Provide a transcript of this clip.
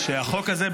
שהחוק הזה,